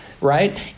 right